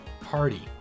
party